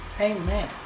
amen